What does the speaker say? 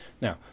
Now